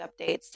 updates